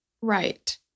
Right